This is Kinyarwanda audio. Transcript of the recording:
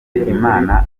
imana